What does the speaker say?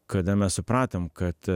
kada mes supratom kad